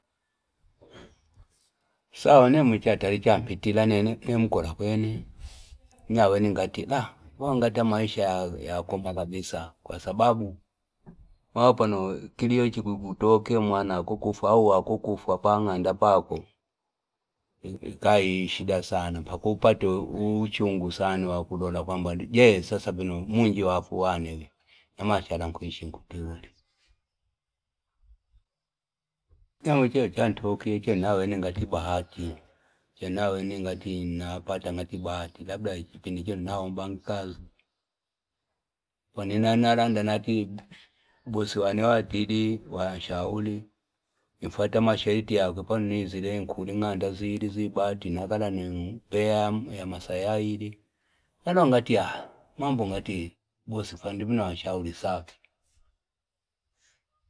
Sawa nemwichatali cha mpitilane mukola kwene naweni ngati mbona ngati amaisha yakoma kabisa kwa sababu maana pano chilio chikutokea mwana atafua au wako atafwa pang'anda pako chikaleta chikaii shida sana mpaka upate uchungu sana uwaku lola kwamba je vino umunji wa fwa uwane vii namashala nkuishi nkuti uli <> nzemwichino chantokie chino naweni ngati ibahati chino naweni chantokie ngati ibahati chino naweni chantokie ngati ibahati ichipindi chino naombanga ikazi pano inalanda nati posi wane wantili wansahwile infata masharti yakwe apano nizile inkula ing'ianda zili zi bahati inkala ni peya yamasa aili nalola ngati basi vino wanshauli safi.